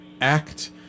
act